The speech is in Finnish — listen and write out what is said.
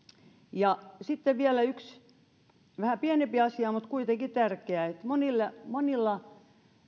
ja sitten vielä yksi vähän pienempi asia mutta kuitenkin tärkeä monilla monilla